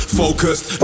focused